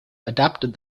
adapted